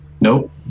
Nope